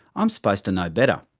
i'm supposed to know better.